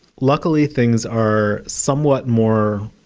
luckily, things are somewhat more